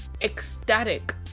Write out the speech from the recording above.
ecstatic